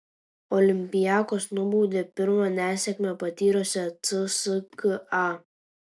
olympiakos nubaudė pirmą nesėkmę patyrusią cska